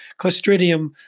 clostridium